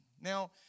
Now